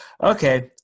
Okay